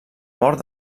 mort